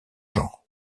genres